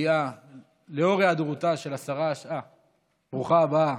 לאור היעדרותה של השרה, אה, ברוכה הבאה,